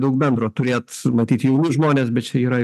daug bendro turėt matyt jauni žmonės bet čia yra